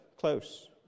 close